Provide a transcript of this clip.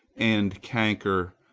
and canker,